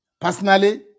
Personally